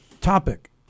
topic